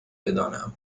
بدانم